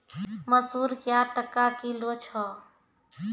मसूर क्या टका किलो छ?